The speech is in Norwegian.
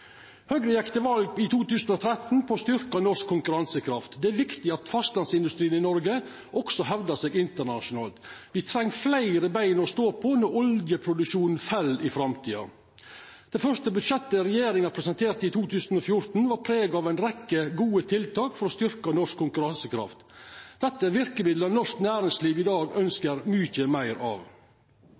Høgre gjekk til val i 2013 på å styrkja norsk konkurransekraft. Det er viktig at fastlandsindustrien i Noreg også hevdar seg internasjonalt. Me treng fleire bein å stå på når oljeproduksjonen fell i framtida. Det første budsjettet regjeringa presenterte, i 2014, bar preg av ei rekkje gode tiltak for å styrkja norsk konkurransekraft. Dette er verkemiddel norsk næringsliv i dag ønskjer mykje meir av.